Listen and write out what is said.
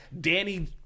Danny